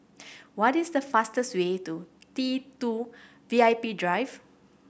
what is the fastest way to T Two V I P Drive